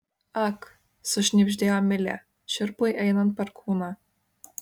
ak sušnibždėjo milė šiurpui einant per kūną